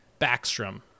backstrom